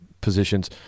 positions